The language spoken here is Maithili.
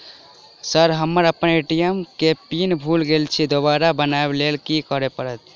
सर हम अप्पन ए.टी.एम केँ पिन भूल गेल छी दोबारा बनाब लैल की करऽ परतै?